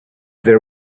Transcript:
there